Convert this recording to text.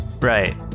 Right